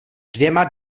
dvěma